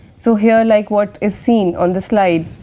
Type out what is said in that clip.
so here, like what is seen on the slide,